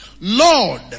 lord